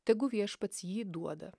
tegu viešpats jį duoda